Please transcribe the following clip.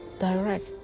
direct